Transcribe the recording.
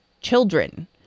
children